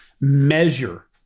measure